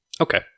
Okay